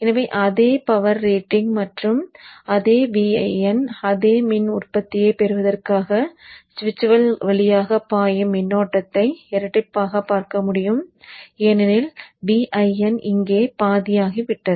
எனவே அதே power rating மற்றும் அதே Vin அதே மின் உற்பத்தியைப் பெறுவதற்காக சுவிட்சுகள் வழியாகப் பாயும் மின்னோட்டத்தை இரட்டிப்பாகக் பார்க்க முடியும் ஏனெனில் Vin இங்கே பாதியாகிவிட்டது